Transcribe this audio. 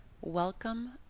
welcome